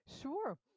Sure